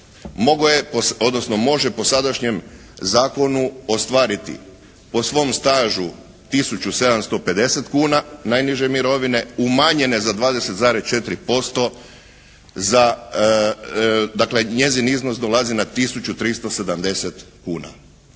može po sadašnjem Zakonu ostvariti po svom stažu tisuću 750 kuna najniže mirovine umanjenje za 20,4% za, dakle njezin iznos dolazi na tisuću 370 kuna.